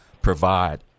provide